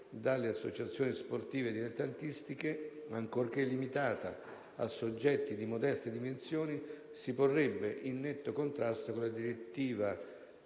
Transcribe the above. dalle associazioni sportive dilettantistiche, ancorché limitata a soggetti di modeste dimensioni, si porrebbe in netto contrasto con la direttiva europea